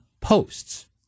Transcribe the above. posts